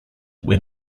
when